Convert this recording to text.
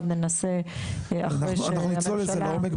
ננסה אחרי שהממשלה- -- אנחנו נצלול לזה לעומק,